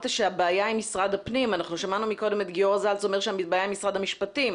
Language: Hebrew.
אנחנו מגיעים לנופשים,